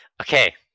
Okay